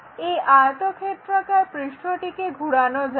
এই আয়তক্ষেত্রাকার পৃষ্ঠটিকে ঘুরানো যাক